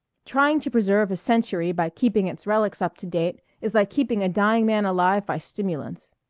trying to preserve a century by keeping its relics up to date is like keeping a dying man alive by stimulants.